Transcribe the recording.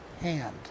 hand